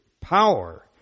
power